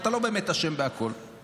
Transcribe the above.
אתה לא באמת אשם בכול,